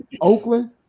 oakland